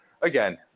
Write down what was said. Again